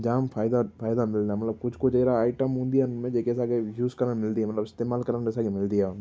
जाम फ़ाइदा फ़ाइदा मिलंदा आहिनि मतिलबु कुझु कुझु अहिड़ा आइटम हूंदी आहिनि उन में जेके असांखे यूज़ करणु मिलंदी आहे मतिलबु इस्तेमालु करणु असांखे मिलंदी आहे उन में